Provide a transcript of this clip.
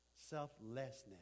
Selflessness